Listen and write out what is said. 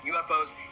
ufos